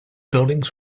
buildings